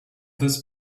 this